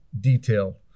detail